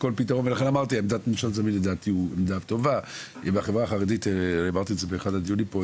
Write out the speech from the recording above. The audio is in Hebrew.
ולכן אמרתי שעמדת ממשל לדעתי היא עמדה טובה ולחברה החרדית יש את